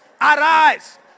Arise